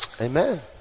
Amen